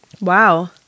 Wow